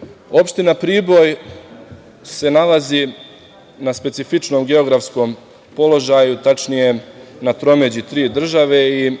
dela. Opština Priboj se nalazi na specifičnom geografskom položaju, tačnije na tromeđi tri države i